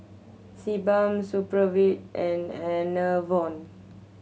Sebamed Supravit and Enervon